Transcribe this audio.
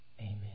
Amen